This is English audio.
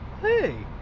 hey